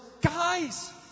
guys